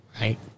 Right